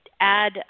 add